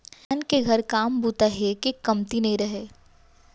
किसान के घर काम बूता हे के कमती नइ रहय